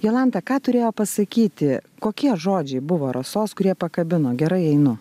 jolanta ką turėjo pasakyti kokie žodžiai buvo rasos kurie pakabino gerai einu